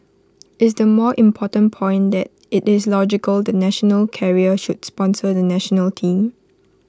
is the more important point that IT is logical the national carrier should sponsor the National Team